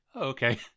okay